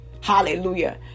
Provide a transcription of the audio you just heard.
Hallelujah